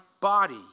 body